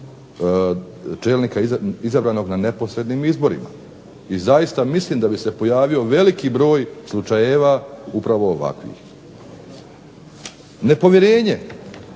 čelnika izabranog na neposrednim izborima. I zaista mislim da bi se pojavio veliki broj slučajeva upravo ovakvih. Nepovjerenje